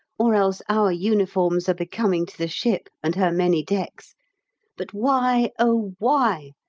or else our uniforms are becoming to the ship, and her many decks but why, oh why,